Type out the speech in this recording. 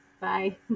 Bye